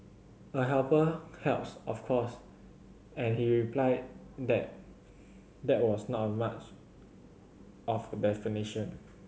a helper helps of course and he replied that that was not much of the